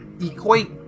equate